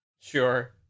sure